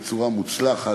בצורה מוצלחת.